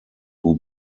who